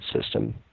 System